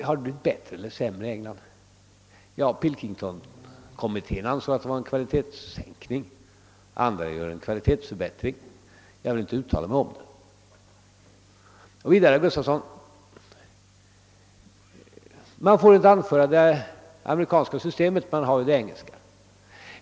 Har det då blivit bättre eller sämre i England? Pilkingtonkommittén ansåg att det var en kvalitetssänkning, andra talar om en kvalitetsförbättring. Jag vill inte uttala mig om det. Vidare säger herr Gustafson i Göteborg att man inte får dra fram det amerikanska systemet, ty man har ju det engelska.